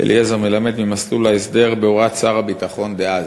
אליעזר מלמד ממסלול ההסדר בהוראת שר הביטחון דאז.